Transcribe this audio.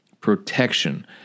protection